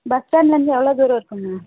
bus ஸ்டாண்ட்லேருந்து எவ்வளோ தூரம் இருக்குங்க